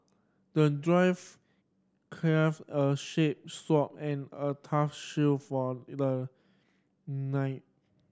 the dwarf crafted a shape sword and a tough shield for the knight